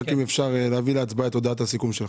רק אם אפשר להביא להצבעה את הודעת הסיכום שלך.